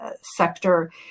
sector